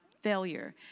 failure